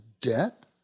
debt